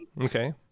Okay